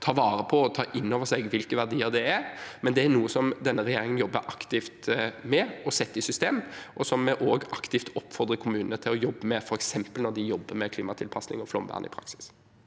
ta vare på det og ta inn over seg hvilke verdier det er. Det er noe som denne regjeringen job ber aktivt med å sette i system, og som vi også aktivt oppfordrer kommunene til å jobbe med, f.eks. når de jobber med klimatilpasning og flomvern i praksis.